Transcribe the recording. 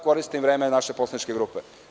Koristim vreme naše poslaničke grupe.